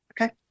Okay